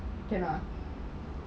okay lah